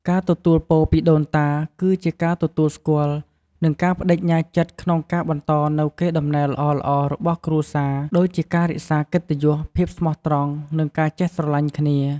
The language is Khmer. ការទទួលពរពីដូនតា គឺជាការទទួលស្គាល់ និងការប្តេជ្ញាចិត្តក្នុងការបន្តនូវកេរដំណែលល្អៗរបស់គ្រួសារ ដូចជាការរក្សាកិត្តិយស ភាពស្មោះត្រង់ និងការចេះស្រឡាញ់គ្នា។